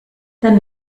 dann